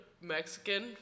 Mexican